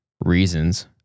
reasons